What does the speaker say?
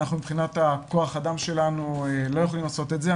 מבחינת כח אדם שלנו אנחנו לא יכולים לעשות את זה.